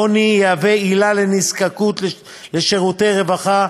עוני יהווה עילה לנזקקות לשירותי רווחה,